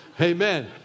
Amen